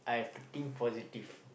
I have to think positive